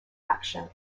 action